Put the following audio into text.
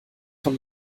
von